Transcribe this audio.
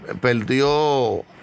Perdió